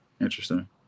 Interesting